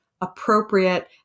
appropriate